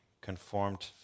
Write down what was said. conformed